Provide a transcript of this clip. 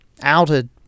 outed